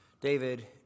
David